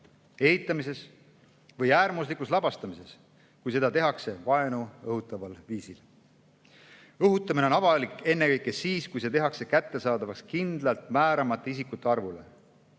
eitamises või äärmuslikus labastamises, kui seda tehakse vaenu õhutaval viisil. Õhutamine on avalik ennekõike siis, kui see tehakse kättesaadavaks kindlalt määramata isikute arvule,